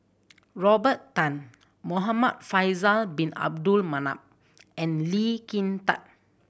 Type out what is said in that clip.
Robert Tan Muhamad Faisal Bin Abdul Manap and Lee Kin Tat